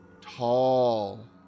tall